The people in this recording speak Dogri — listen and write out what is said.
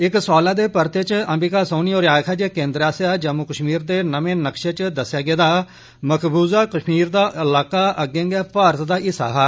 इक सुआल दे परते च अंबिका सोनी होरें आक्खेया जे केन्द्र आसेया जम्मू कश्मीर दे नमे नक्शे च दसेया गेदा मकबूज़ा कश्मीर दा इलाका अग्गें गै भारत दा हिस्सा हा